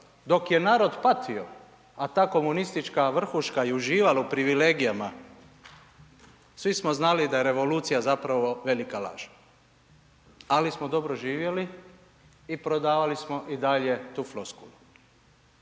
dok je narod patio a ta komunistička vrhuška je uživala u privilegijama, svi smo znali da je revolucija zapravo velika laž ali smo dobro živjeli i prodavali smo i dalje tu floskulu.